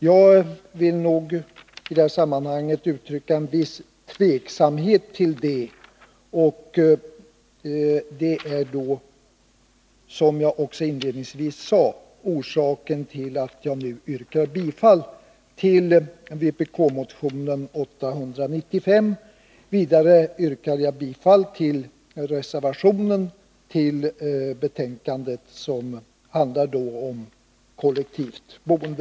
Jag vill i det här sammanhanget uttrycka en viss tveksamhet i fråga om det, och det är — som jag inledningsvis sade — orsaken till att jag nu yrkar bifall till vpk-motionen 1980/81:895. Vidare yrkar jag bifall till reservationen, som handlar om kollektivt boende.